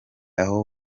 aho